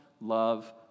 love